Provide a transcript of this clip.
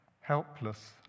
helpless